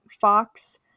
Fox